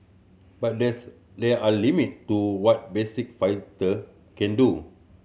but there's there are limit to what basic filter can do